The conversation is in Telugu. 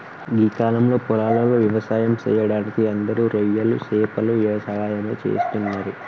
గీ కాలంలో పొలాలలో వ్యవసాయం సెయ్యడానికి అందరూ రొయ్యలు సేపల యవసాయమే చేస్తున్నరు